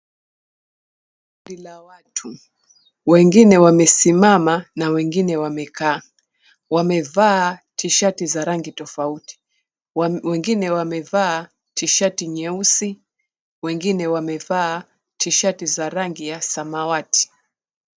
Halaiki la watu wengine wamesimama na wengine wamekaa wamevaa tishati za rangi tofauti, wengine wamevaa tishati nyeusi wengine wamevaa tishati za rangi ya samawati.